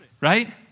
right